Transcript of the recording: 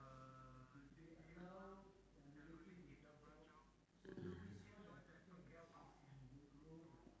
mm